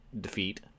defeat